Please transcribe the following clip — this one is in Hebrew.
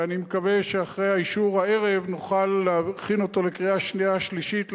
ואני מקווה שאחרי האישור הערב נוכל להכין אותו לקריאה שנייה ושלישית,